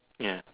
ya